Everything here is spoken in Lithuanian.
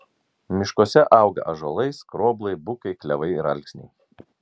miškuose auga ąžuolai skroblai bukai klevai ir alksniai